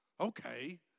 Okay